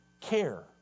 care